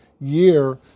year